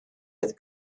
oedd